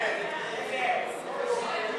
76, תעשייה,